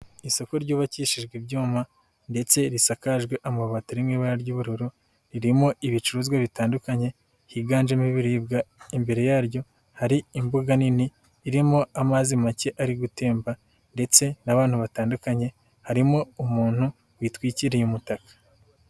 Isoko ryubakishijwe ibyuma ndetse risakaje amabati ari mu ibara ry'ubururu, ririmo ibicuruzwa bitandukanye higanjemo ibiribwa, imbere yaryo hari imbuga nini irimo amazi make ari gutemba ndetse n'abantu batandukanye, harimo umuntu witwikiriye umutaka.